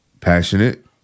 Passionate